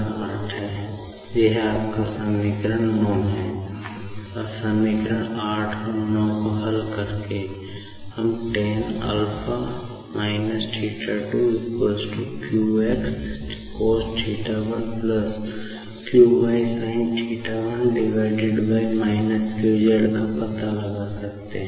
अब समीकरण 8 और 9 को हल करके हम tan है